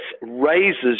raises